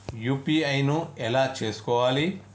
UPI ను ఎలా చేస్కోవాలి?